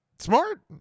smart